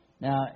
Now